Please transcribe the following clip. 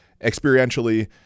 experientially